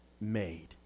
made